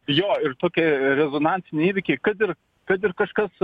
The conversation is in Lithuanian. jo ir tokie rezonansiniai įvykiai kad ir kad ir kažkas